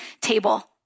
table